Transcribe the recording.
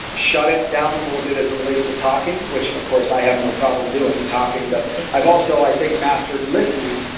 shut it down a little bit as it relates to talking, which of course i have no problem doing talking, but i've also, i think, mastered listening,